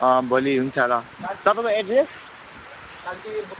अँ भोलि हुन्छ ल तपाईँको एड्रेस